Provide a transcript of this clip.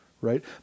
right